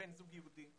בן זוג יהודי,